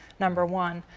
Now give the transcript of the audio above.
number one.